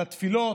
על התפילות,